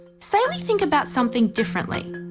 say we think about something differently,